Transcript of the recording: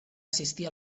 assistir